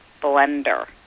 blender